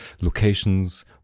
locations